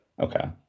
Okay